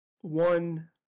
one